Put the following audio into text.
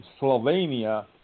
Slovenia